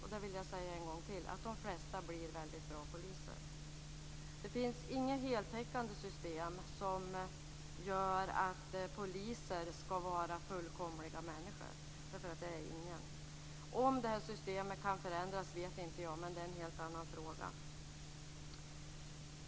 Det vill jag säga en gång till: De flesta blir väldigt bra poliser. Det finns inget heltäckande system som gör att poliser är fullkomliga människor. Det är ingen. Om systemet kan förändras vet jag inte, men det är en helt annan fråga.